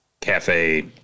cafe